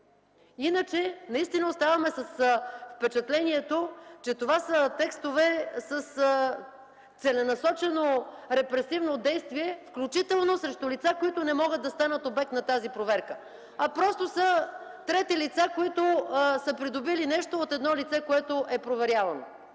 Иначе оставаме с впечатление, че това са текстове с целенасочено репресивно действие, включително срещу лица, които не могат да станат обект на тази проверка, а просто са трети лица, придобили нещо от проверяваното